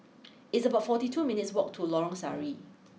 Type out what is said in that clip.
it's about forty two minutes' walk to Lorong Sari